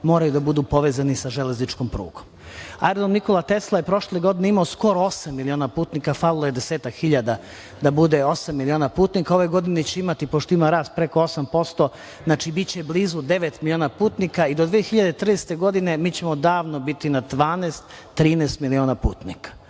moraju da budu povezani sa železničkom prugom. Aerodrom „Nikola Tesla“ je prošle godine imao skoro osam miliona putnika. Falilo je desetak hiljada da bude osam miliona putnika. Ove godine će imati, pošto ima rast preko 8%, znači, biće blizu devet miliona putnika i do 2030. godine mi ćemo davno biti na 12-13 miliona putnika.